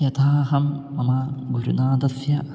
यथा अहं मम गुरुनाथस्य